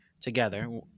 together